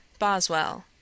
Boswell